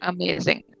Amazing